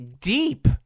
deep